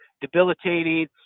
debilitating